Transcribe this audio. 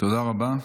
תודה רבה.